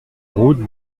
route